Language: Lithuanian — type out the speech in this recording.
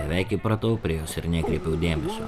beveik įpratau prie jos ir nekreipiau dėmesio